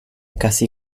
casi